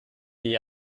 die